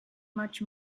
much